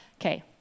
Okay